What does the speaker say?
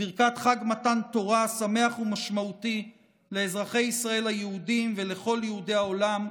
וברכת חג מתן תורה שמח ומשמעותי לאזרחי ישראל היהודים ולכל יהודי העולם.